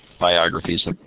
biographies